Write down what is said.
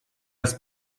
das